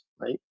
right